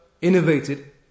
innovated